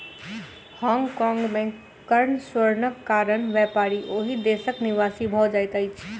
Hong Kong में कर स्वर्गक कारण व्यापारी ओहि देशक निवासी भ जाइत अछिं